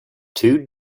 two